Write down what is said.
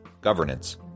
governance